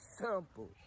simple